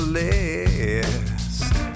list